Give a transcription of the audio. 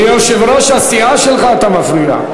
ליושב-ראש הסיעה שלך אתה מפריע.